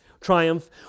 triumph